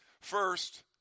First